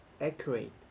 accurate